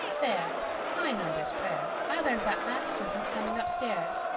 there i know this prayer. i learned that last sentence coming upstairs.